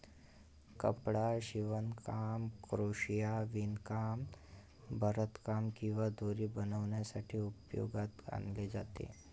कपडा शिवणकाम, क्रोशिया, विणकाम, भरतकाम किंवा दोरी बनवण्यासाठी उपयोगात आणले जाते